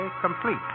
complete